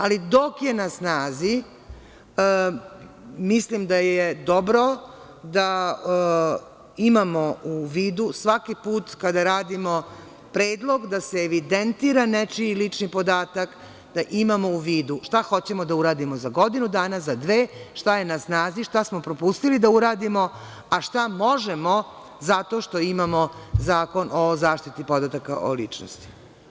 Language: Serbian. Ali, dok je na snazi, mislim da je dobro da imamo u vidu svaki put kada radimo predlog da se evidentira nečiji lični podatak, da imamo u vidu šta hoćemo da uradimo za godinu dana, za dve, šta je na snazi, šta smo propustili da uradimo, a šta možemo zato što imamo Zakon o zaštiti podataka o ličnosti.